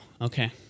okay